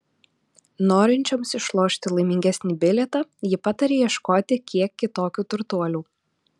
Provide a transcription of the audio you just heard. norinčioms išlošti laimingesnį bilietą ji pataria ieškoti kiek kitokių turtuolių